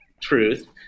truth –